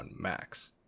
Max